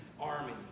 Army